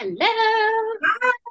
Hello